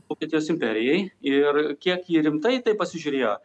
vokietijos imperijai ir kiek ji rimtai į tai pasižiūrėjo